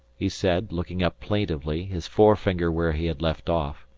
he said, looking up plaintively, his forefinger where he had left off.